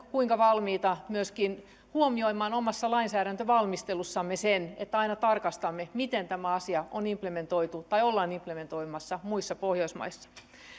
kuinka valmiita olemme myöskin huomioimaan omassa lainsäädäntövalmistelussamme sen että aina tarkastamme miten tämä asia on implementoitu tai ollaan implementoimassa muissa pohjoismaissa